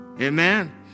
Amen